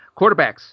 quarterbacks